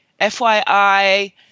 FYI